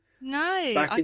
No